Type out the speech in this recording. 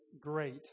great